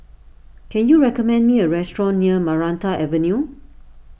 can you recommend me a restaurant near Maranta Avenue